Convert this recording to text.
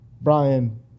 Brian